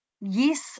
yes